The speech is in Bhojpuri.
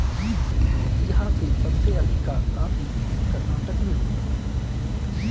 इहा सबसे अधिका कॉफ़ी कर्नाटक में होला